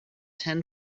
ten